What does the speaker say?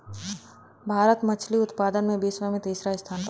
भारत मछली उतपादन में विश्व में तिसरा स्थान पर बा